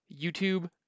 youtube